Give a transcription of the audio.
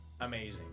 amazing